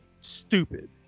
stupid